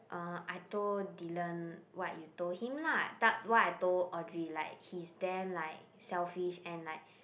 uh I told Dylan what you told him lah tell what I told Audrey like he is damn like selfish and like